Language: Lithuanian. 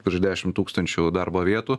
virš dešim tūkstančių darbo vietų